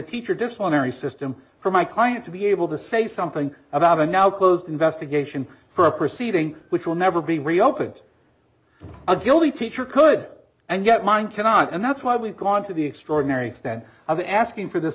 teacher disciplinary system for my client to be able to say something about a now closed investigation for a proceeding which will never be reopened a guilty teacher could and yet mine cannot and that's why we've gone to the extraordinary extent of asking for this